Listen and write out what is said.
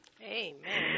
Amen